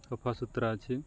ସଫା ସୁତୁରା ଅଛି